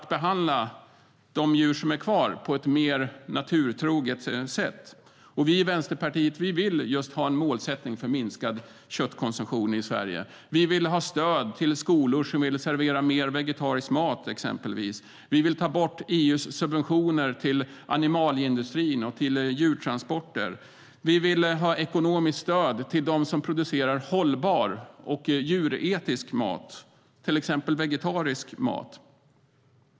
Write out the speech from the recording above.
Vänsterpartiet vill ha just en målsättning för minskad köttkonsumtion i Sverige.